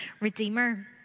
redeemer